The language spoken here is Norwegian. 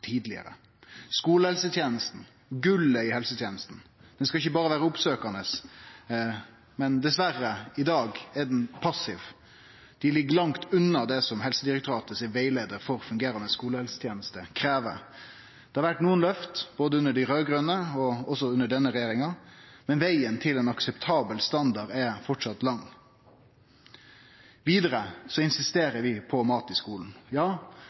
tidlegare. Skulehelsetenesta, gullet i helsetenesta, skal ikkje berre vere oppsøkjande, men dessverre, i dag er ho berre passiv, og ligg langt unna det som Helsedirektoratet krev i rettleiaren for ei fungerande skulehelseteneste. Det har vore nokre løft, både under dei raud-grøne og under denne regjeringa, men vegen til ein akseptabel standard er framleis lang. Vidare insisterer vi på mat i skulen. Ja,